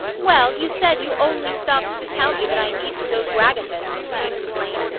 well, you said you only stopped to tell me that i needn't go to agatha's she explained.